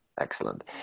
Excellent